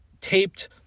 taped